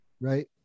right